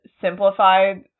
simplified